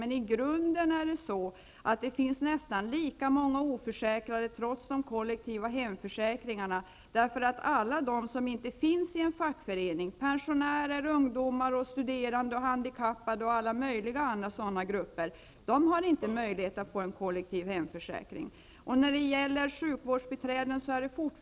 Men det är i grunden så att det finns nästan lika många oförsäkrade trots de kollektiva hemförsäkringarna. Alla de som inte finns i en fackförening t.ex. pensionärer, ungdomar, studerande, handikappade och andra grupper har inte möjlighet att få en kollektiv hemförsäkring.